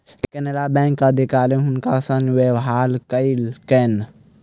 केनरा बैंकक अधिकारी हुनकर संग दुर्व्यवहार कयलकैन